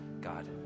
God